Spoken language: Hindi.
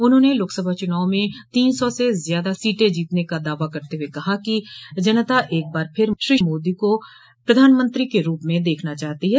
उन्होंने लोकसभा चुनाव में तीन सौ से ज्यादा सीटें जीतने का दावा करते हुए कहा कि जनता एक बार फिर श्री मोदी को प्रधानमंत्री के रूप में देखना चाहती है